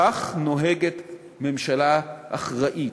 כך נוהגת ממשלה אחראית.